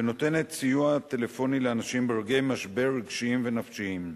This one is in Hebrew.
ונותנת סיוע טלפוני לאנשים ברגעי משבר רגשיים ונפשיים.